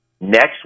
next